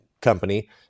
company